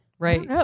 Right